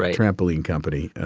but trampoline company.